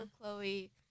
Chloe